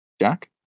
Jack